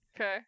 Okay